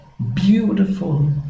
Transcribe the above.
Beautiful